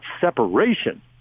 separation